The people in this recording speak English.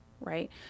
right